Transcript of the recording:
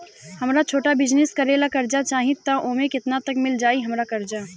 हमरा छोटा बिजनेस करे ला कर्जा चाहि त ओमे केतना तक मिल जायी हमरा कर्जा?